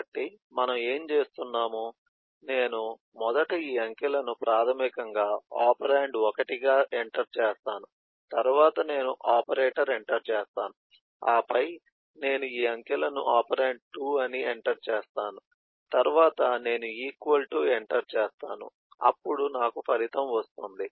కాబట్టి మనం ఏమి చేస్తున్నాము నేను మొదట ఈ అంకెలను ప్రాథమికంగా ఒపెరాండ్ 1 గా ఎంటర్ చేస్తాను తరువాత నేను ఆపరేటర్ ఎంటర్ చేస్తాను ఆపై నేను ఈ అంకెలను ఒపెరాండ్ 2 అని ఎంటర్ చేస్తాను తరువాత నేను ఈక్వల్ టూ ఎంటర్ చేస్తాను అప్పుడు నాకు ఫలితం వస్తుంది